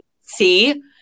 see